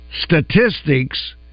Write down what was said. statistics